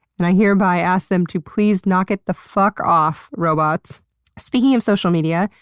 and i hereby ask them to please knock it the fuck off, robots speaking of social media,